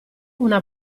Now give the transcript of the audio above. una